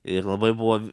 ir labai buvo